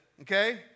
okay